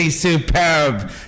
Superb